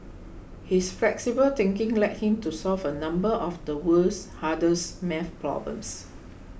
his flexible thinking led him to solve a number of the world's hardest maths problems